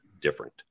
different